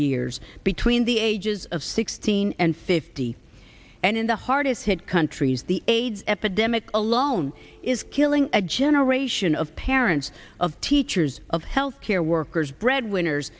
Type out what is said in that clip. years between the ages of sixteen and fifty and in the hardest hit countries the aids epidemic alone is killing a generation of parents of teachers of health care workers breadwinners